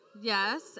Yes